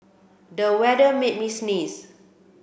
the weather made me sneeze